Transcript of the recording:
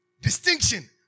Distinction